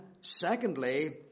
secondly